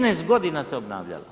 15 godina se obnavljala.